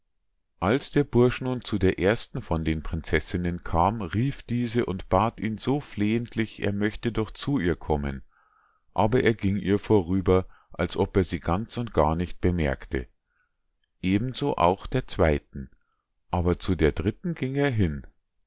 als der bursch nun zu der ersten von den prinzessinnen kam rief diese und bat ihn so flehentlich er möchte doch zu ihr kommen aber er ging ihr vorüber als ob er sie ganz und gar nicht bemerkte eben so auch der zweiten aber zu der dritten ging er hin